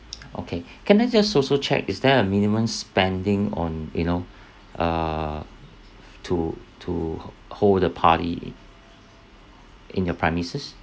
okay can I just also check is there a minimum spending on you know err to to h~ hold the party i~ in your premises